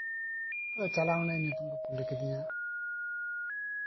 ᱪᱟᱞᱟᱣᱱᱟᱧ ᱧᱩᱛᱩᱢ ᱠᱚ ᱠᱩᱞᱤ ᱠᱤᱫᱤᱧᱟ